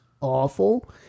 awful